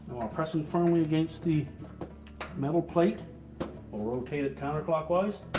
pressing firmly against the metal plate i'll rotate it counterclockwise